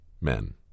men